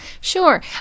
Sure